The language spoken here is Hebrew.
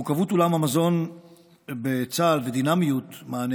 מורכבות עולם המזון בצה"ל ודינמיות מענה